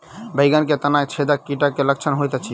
बैंगन मे तना छेदक कीटक की लक्षण होइत अछि?